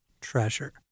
treasure